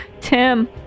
Tim